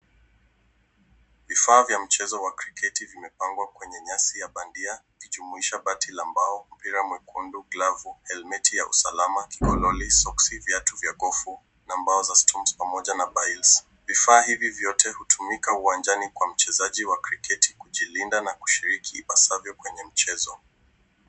Vifaa vya mchezo wa kriketi vimepangwa kwenye nyasi ya bandi ikijumuisha bati ya mbao, mpira mwekundu, glavu helmeti ya usalama, kikoloni, vyatu vwa gofu na mbao za stones pamoja na bails . Vifaa hivi vyote hutumika uwanjani kwa mchezaji wa kriketi kujilinda na kushiriki ipaswavyo kwenye mchezo.